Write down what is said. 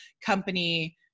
company